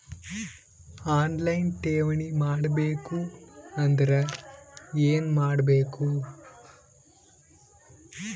On line ಠೇವಣಿ ಮಾಡಬೇಕು ಅಂದರ ಏನ ಮಾಡಬೇಕು?